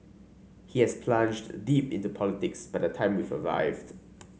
he had plunged deep into politics by the time we arrived